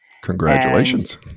Congratulations